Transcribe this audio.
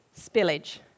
spillage